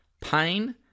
pain